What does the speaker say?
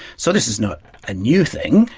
so this is not a new thing.